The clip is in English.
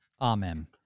Amen